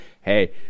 hey